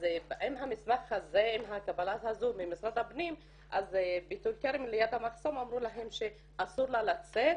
אז עם הקבלה הזו ממשרד הפנים בטול כרם במחסום אמרו להם שאסור לה לצאת,